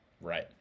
right